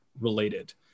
related